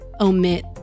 omit